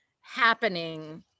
happening